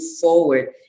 forward